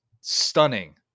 stunning